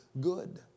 good